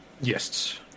Yes